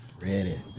ready